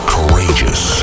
Courageous